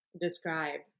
describe